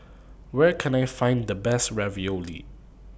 Where Can I Find The Best Ravioli